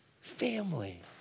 family